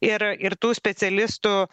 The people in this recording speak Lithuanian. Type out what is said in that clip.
ir ir tų specialistų